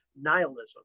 nihilism